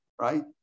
right